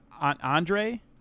Andre